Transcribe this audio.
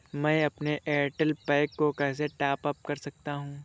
मैं अपने Airtel pack को कैसे टॉप अप कर सकता हूँ?